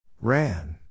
Ran